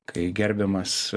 kai gerbiamas